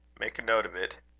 make a note of it.